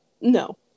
No